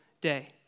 day